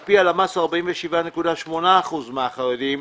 על פי הלשכה המרכזית לסטטיסטיקה 47.8 אחוזים מועסקים.